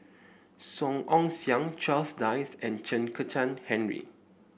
Song Ong Siang Charles Dyce and Chen Kezhan Henri